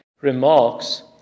remarks